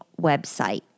website